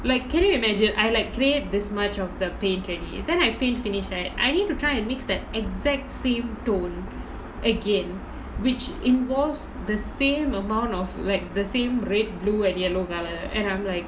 like can you imagine I like create this much of the paint already then I paint finish right I need to try and mix that exact same tone again which involves the same amount of like the same red blue and yellow colour and I'm like